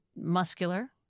muscular